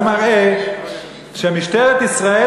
זה מראה שמשטרת ישראל,